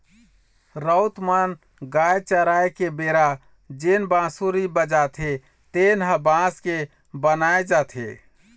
राउत मन गाय चराय के बेरा जेन बांसुरी बजाथे तेन ह बांस के बनाए जाथे